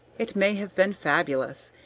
it may have been fabulous.